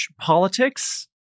politics